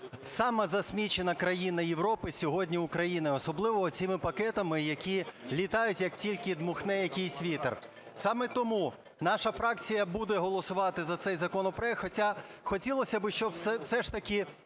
сама засмічена країна Європи сьогодні – Україна. Особливо цими пакетами, які літають, як тільки дмухне якийсь вітер. Саме тому наша фракція буде голосувати за цей законопроект, хоча хотілося б, щоб все ж таки